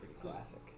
classic